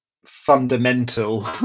fundamental